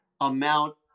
amount